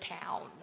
town